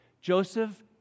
Joseph